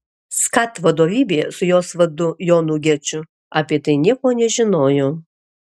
skat vadovybė su jos vadu jonu geču apie tai nieko nežinojo